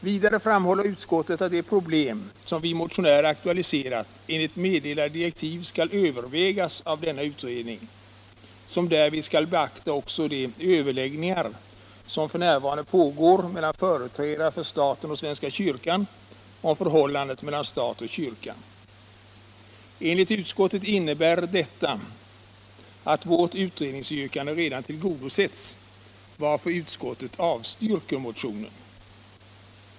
Vidare framhåller utskottet att de problem som vi motionärer aktualiserat enligt meddelade direktiv skall övervägas av denna utredning, som därvid skall beakta också de överläggningar som f.n. pågår mellan företrädare för staten och svenska kyrkan om förhållandet mellan stat och kyrka. Enligt utskottet innebär detta att vårt utredningsyrkande redan tillgodosetts, varför utskottet avstyrker motionen.